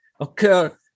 occur